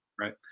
Right